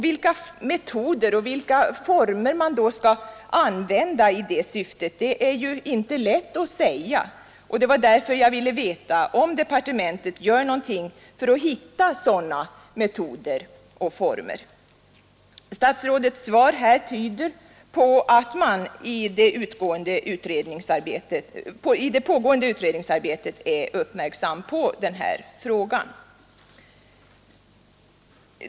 Vilka metoder och former man skall använda i det syftet är inte lätt att säga, och det var därför jag ville veta om departementet gör något för att hitta sådana metoder och former. Statsrådets svar här tyder på att man i det pågående utredningsarbetet uppmärksammar den här frågan.